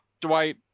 Dwight